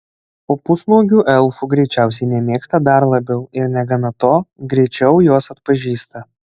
o pusnuogių elfų greičiausiai nemėgsta dar labiau ir negana to greičiau juos atpažįsta